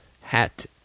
Hat